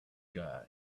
guy